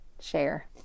share